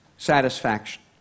satisfaction